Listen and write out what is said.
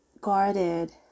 guarded